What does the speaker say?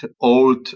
old